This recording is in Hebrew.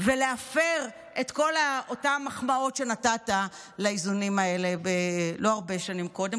ולהפר את כל אותן מחמאות שנתת לאיזונים האלה לא הרבה שנים קודם,